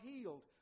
healed